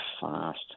fast